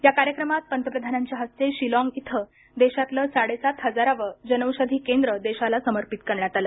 या कार्यक्रमात पंतप्रधानांच्या हस्ते शिलाँग इथं देशातलं साडेसात हजारावं जनौषधी केंद्र देशाला समर्पित करण्यात आलं